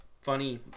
Funny